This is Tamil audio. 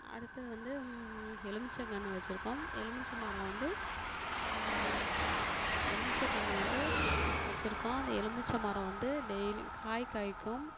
அடுத்தது வந்து எலுமிச்சங்கன்று வச்சுருக்கோம் எலுமிச்சை மரம் வந்து எலுமிச்சை கன்று வந்து வச்சுருக்கோம் அந்த எலுமிச்சை மரம் வந்து டெய்லியும் காய் காய்க்கும்